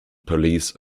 police